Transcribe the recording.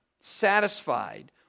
satisfied